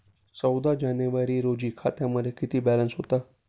चौदा जानेवारी रोजी खात्यामध्ये किती बॅलन्स होता?